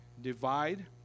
divide